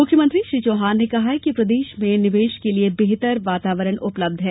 मुख्यमंत्री श्री चौहान ने कहा कि प्रदेश में निवेश के लिये बेहतर वातावरण उपलब्ध है